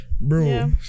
bro